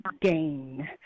GAIN